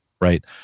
right